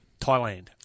Thailand